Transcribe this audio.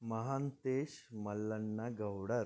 Mahantesh Mallanna Goudar